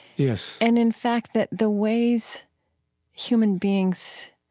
yes and, in fact, that the ways human beings